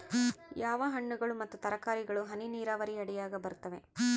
ಯಾವ ಹಣ್ಣುಗಳು ಮತ್ತು ತರಕಾರಿಗಳು ಹನಿ ನೇರಾವರಿ ಅಡಿಯಾಗ ಬರುತ್ತವೆ?